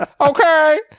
okay